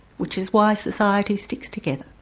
which is why society sticks together.